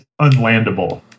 unlandable